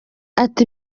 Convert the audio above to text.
ati